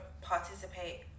participate